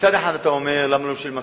מצד אחד אתה אומר למה לא משלמים משכורות,